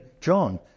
John